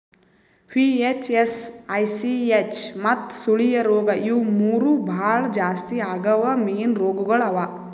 VHS, ICH ಮತ್ತ ಸುಳಿಯ ರೋಗ ಇವು ಮೂರು ಭಾಳ ಜಾಸ್ತಿ ಆಗವ್ ಮೀನು ರೋಗಗೊಳ್ ಅವಾ